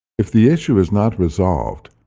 if the issue is not resolved,